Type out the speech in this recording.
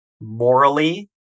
morally